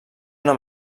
una